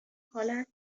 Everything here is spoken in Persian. حالا